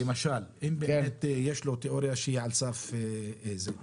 למשל אם באמת יש לו תיאוריה שהיא על סף סיום.